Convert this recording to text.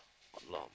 plug